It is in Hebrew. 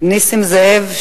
נסים זאב,